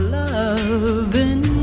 loving